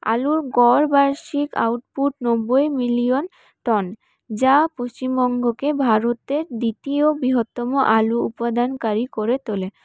আলুর গড় বার্ষিক আউটপুট নব্বই মিলিয়ন টন যা পশ্চিমবঙ্গকে ভারতের দ্বিতীয় বৃহত্তম আলু উপাদানকারী করে তোলে